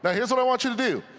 but here is what i want you to do.